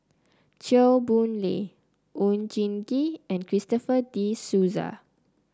Chew Boon Lay Oon Jin Gee and Christopher De Souza